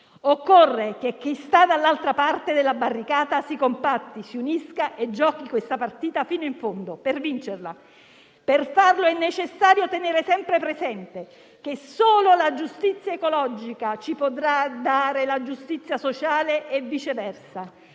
Occorre che chi sta dall'altra parte della barricata si compatti, si unisca e giochi questa partita fino in fondo per vincerla. Per farlo è necessario tenere sempre presente che solo la giustizia ecologica ci potrà dare quella sociale e viceversa.